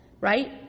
Right